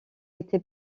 été